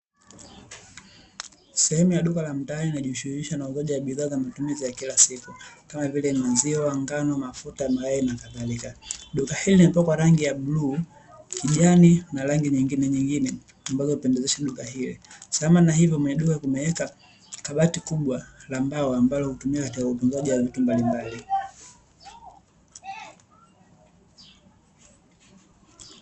Sehemu ya duka la mtaani linalojishughulisha na uuzaji wa bidhaa za matumizi ya kila siku, kama vile: maziwa, ngano, mafuta, mayai na kadhalika. Duka hili limepakwa rangi ya bluu, kijani na rangi nyingine nyingine ambazo hupendezesha duka hili. Sambamba na hivyo kwenye duka kumewekwa kabati kubwa la mbao, ambalo hutumika katika utunzaji wa vitu mbalimbali.